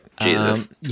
Jesus